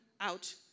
out